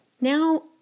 Now